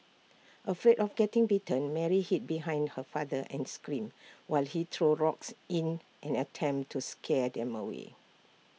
afraid of getting bitten Mary hid behind her father and screamed while he threw rocks in an attempt to scare them away